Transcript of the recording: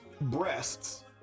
breasts